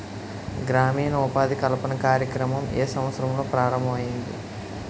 గ్రామీణ ఉపాధి కల్పన కార్యక్రమం ఏ సంవత్సరంలో ప్రారంభం ఐయ్యింది?